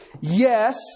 Yes